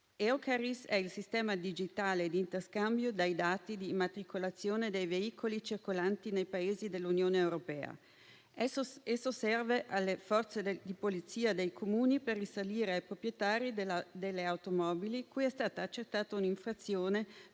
EUCARIS è il sistema digitale di interscambio dei dati di immatricolazione dei veicoli circolanti nei Paesi dell'Unione europea; esso serve alle forze di polizia dei Comuni per risalire ai proprietari delle automobili cui è stata accertata un'infrazione